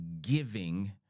giving